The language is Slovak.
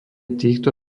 týchto